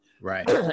Right